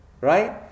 Right